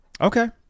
Okay